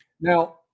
Now